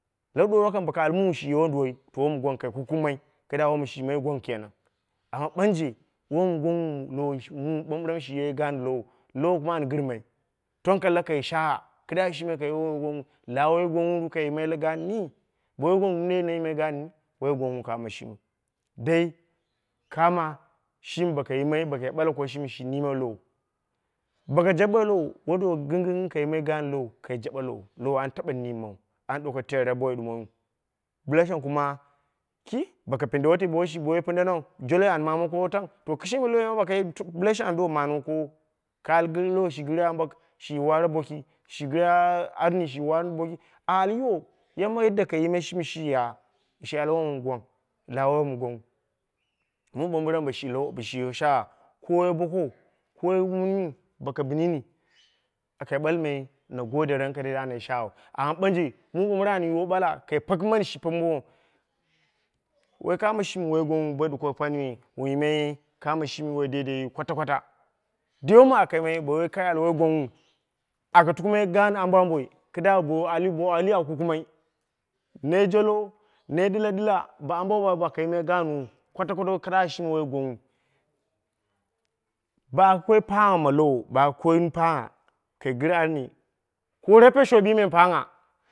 La ɗuwa kan, bo ka al mu shi ye wonduwoi kai kukumai kɨdda shi ye wom gwang kenan, amma ɓanje wom woi gwangnghu mɨɓamɓiram shi ye gaan lowo kuma a gɨrmai, tong kalla kai shagha kɨdda shimi kai ye wom, la woi gwangnghu ru kai yimai gaani, woi gwangnghu mindei na yimai gaani, woi gwangnghu kamo shimi dai kama shimi bokai yimai bo ɓala ko shimi shi niime lowo, boko saɓe lowo won duwoi gɨnggɨngngha kai yimai gaanie kai jaɓe lowo, lowo wani taɓe niimmau ɗn ɗuko terra boi ɗumoiyu bɨla shang kuma, boko pinde wanti bo shi, woi pindanau, am ma koowo tang, to kishimi lowoi ma boko ye tup bɨla shang an do mama koowo, kai ai gɨnggɨng loowo shi gɨre ambak shi waare boki, shi gɨre arni shi waare boka a all yiwo, yamma yadda kai yimai shim shi ya, shi almai wom gwang, la woi wom gwangnghu. Mɨɓanɓiram bo shi lowo bo shi yiwo shangha, ko woi bokou, ko woi muyu boko bɨn yini, aka ɓala a nagode rankai dade andye shaghgu amma mɨbanbɨram ani yiwo ɓala kai pekɨmani shi pekimowo, woi kamo shimi woi gwangnhu bo ɗuko panii me wun yimai kamo shimi woi daidaiyu, kwata kwata dai womu aka yimai bo woi kai ala woi gwangnghu, aka tukumai gaan amboi ambo kɨdda bowu ahu bawu ati awu kukumai, na jolo, nai ɗilaɗila bo ambo ambo aka yimai gaanwu kwata kwata kɨdda shimi woi gwang nghu, ba koi pangngha ma lowo, ɓa koni pang ngha kai gɨre ami. Ko repeshooshime pang ngha